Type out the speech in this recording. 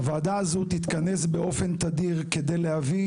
הוועדה הזו תתכנס באופן תדיר כדי להביא